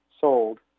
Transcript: sold